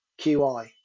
qi